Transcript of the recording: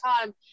time